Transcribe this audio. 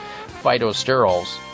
phytosterols